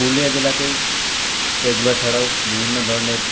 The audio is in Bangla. পুরুলিয়া জেলাতে এগুলো ছাড়াও বিভিন্ন ধরনের